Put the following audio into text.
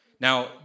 Now